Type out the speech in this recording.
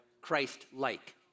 Christ-like